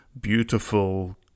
beautiful